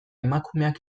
emakumeak